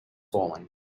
falling